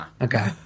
okay